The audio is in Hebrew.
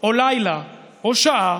או יש לילה או יש שעה